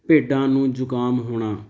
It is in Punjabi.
ਭੇਡਾਂ ਨੂੰ ਜ਼ੁਕਾਮ ਹੋਣਾ